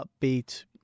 upbeat